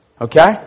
Okay